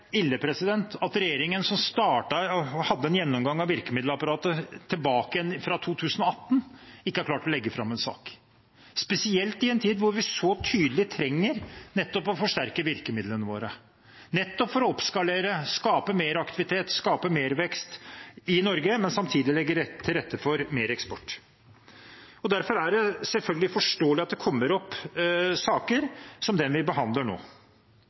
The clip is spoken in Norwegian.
at regjeringen, som hadde en gjennomgang av virkemiddelapparatet tilbake i 2018, ikke har klart å legge fram en sak, spesielt i en tid hvor vi så tydelig trenger nettopp å forsterke virkemidlene våre, for å oppskalere, skape mer aktivitet, skape mer vekst i Norge, men samtidig legge til rette for mer eksport. Derfor er det selvfølgelig forståelig at det kommer opp saker som den vi behandler nå,